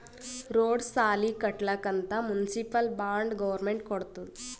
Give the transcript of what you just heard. road, ಸಾಲಿ ಕಟ್ಲಕ್ ಅಂತ್ ಮುನ್ಸಿಪಲ್ ಬಾಂಡ್ ಗೌರ್ಮೆಂಟ್ ಕೊಡ್ತುದ್